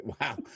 Wow